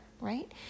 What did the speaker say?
right